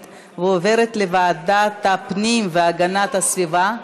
לוועדת החינוך, התרבות והספורט נתקבלה.